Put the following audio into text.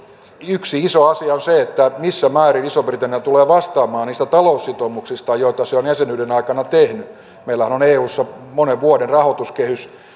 yksi iso asia on se missä määrin iso britannia tulee vastaamaan niistä taloussitoumuksistaan joita se on jäsenyyden aikana tehnyt meillähän on eussa monen vuoden rahoituskehys jonka